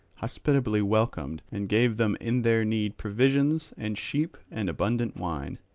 hospitably welcomed, and gave them in their need provisions and sheep and abundant wine.